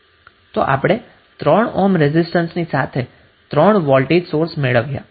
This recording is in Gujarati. તો આપણે 3 ઓહ્મ રેઝિસ્ટન્સની સાથે 3 વોલ્ટેજ સોર્સ મેળવ્યો